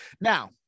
Now